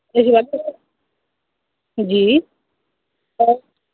जी